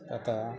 तथा